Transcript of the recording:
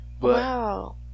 Wow